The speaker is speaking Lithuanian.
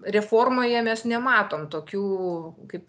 reformoje mes nematom tokių kaip